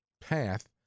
path